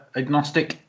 agnostic